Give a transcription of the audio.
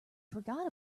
forgot